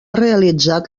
realitzat